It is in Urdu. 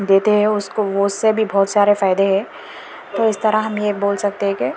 دیتے ہے اس کو اس سے بھی بہت سارے فائدے ہے تو اس طرح ہم یہ بول سکتے ہے کہ